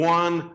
one